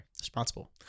Responsible